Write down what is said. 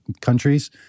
countries